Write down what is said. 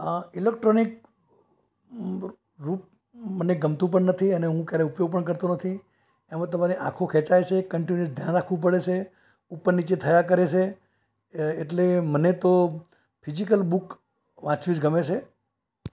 અ electronic રૂપ મને ગમતું પણ નથી અને હું ક્યારેય ઉપયોગ પણ કરતો નથી એમાં તો મારી આંખો ખેંચાય છે કંટિન્યુઅસ ધ્યાન રાખવું પડે છે ઉપર નીચે થયા કરે છે એટલે મને તો ફિઝિકલ બુક વાંચવી જ ગમે છે